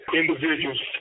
individuals